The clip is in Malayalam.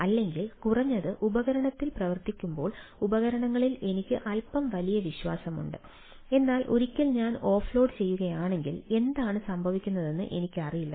അല്ലെങ്കിൽ കുറഞ്ഞത് ഉപകരണത്തിൽ പ്രവർത്തിക്കുമ്പോൾ ഉപകരണങ്ങളിൽ എനിക്ക് അൽപ്പം വലിയ വിശ്വാസമുണ്ട് എന്നാൽ ഒരിക്കൽ ഞാൻ ഓഫ്ലോഡ് ചെയ്യുകയാണെങ്കിൽ എന്താണ് സംഭവിക്കുന്നതെന്ന് എനിക്കറിയില്ല